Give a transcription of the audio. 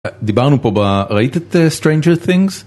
דיברנו פה, ראית את Stranger Things?